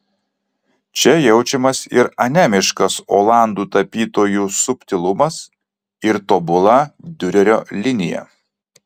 čia jaučiamas ir anemiškas olandų tapytojų subtilumas ir tobula diurerio linija